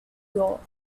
york